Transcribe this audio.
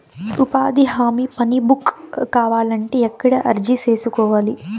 ఉపాధి హామీ పని బుక్ కావాలంటే ఎక్కడ అర్జీ సేసుకోవాలి?